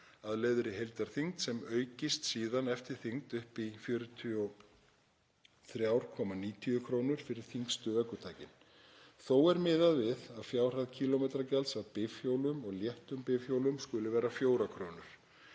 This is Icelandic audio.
að leyfðri heildarþyngd sem aukist síðan eftir þyngd upp í 43,90 kr. fyrir þyngstu ökutækin. Þó er miðað við að fjárhæð kílómetragjalds af bifhjólum og léttum bifhjólum skuli vera 4 kr.